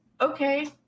okay